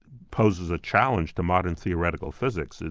poses a challenge to modern theoretical physics.